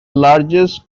largest